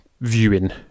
viewing